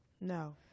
No